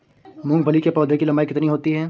मूंगफली के पौधे की लंबाई कितनी होती है?